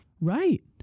Right